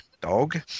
Dog